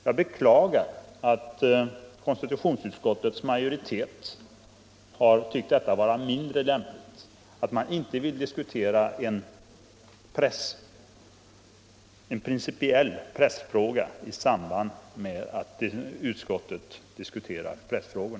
Jag beklagar att konstitutionsutskottets majoritet har tyckt detta vara mindre lämpligt, att man inte vill diskutera en sådan angelägenhet av principiell betydelse i samband med att man diskuterar pressfrågan.